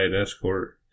escort